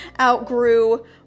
outgrew